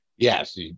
Yes